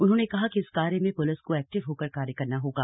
उन्होंने कहा कि इस कार्य में पुलिस को एक्टिव होकर कार्य करना होगा